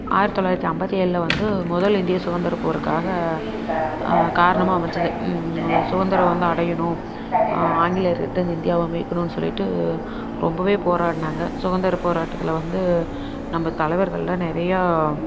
ஆயிரத்தி தொள்ளாயிரத்தி ஐம்பத்தி ஏழில் வந்து முதல் இந்திய சுகந்திரப்போருக்காக காரணமாக அமைஞ்சிது சுகந்திரம் வந்து அடையணும் ஆங்கிலேயர்க்கிட்டேந்து இந்தியாவை மீட்கணுன்னு சொல்லிட்டு ரொம்பவே போராடினாங்க சுகந்திர போராட்டத்தில் வந்து நம்ம தலைவர்கள்லாம் நிறையா